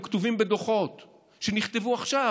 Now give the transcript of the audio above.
הם כתובים בדוחות שנכתבו עכשיו,